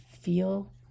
feel